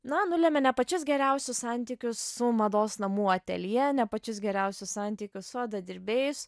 na nulėmė ne pačius geriausius santykius su mados namų ateljė ne pačius geriausius santykius su odadirbėjais